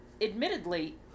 admittedly